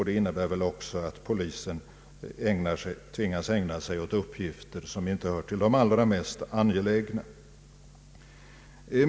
Det innebär väl också att polisen tvingas ägna sig åt uppgifter som inte tillhör de mest angelägna.